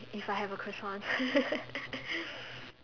if I have a croissant